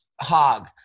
hog